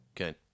Okay